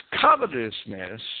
covetousness